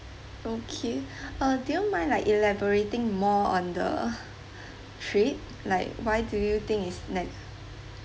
okay uh do you mind like elaborating more on the trip like why do you think is ne~